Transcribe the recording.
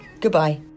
Goodbye